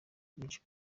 bwinshi